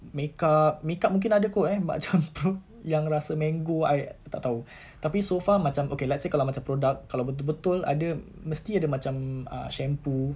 makeup makeup mungkin ada kot eh macam pro~ yang rasa mango I I tak tahu tapi so far macam okay let's say kalau macam product kalau betul betul ada mesti ada macam uh shampoo